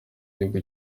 igihugu